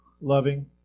loving